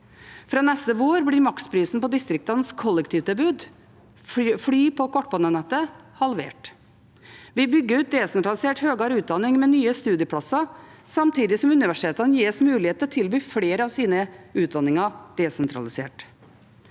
Fra neste vår blir maksprisen på distriktenes kollektivtilbud, fly på kortbanenettet, halvert. Vi bygger ut desentralisert høyere utdanning med nye studieplasser, samtidig som universitetene gis mulighet til å tilby flere av sine utdanninger desentralisert.